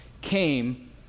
came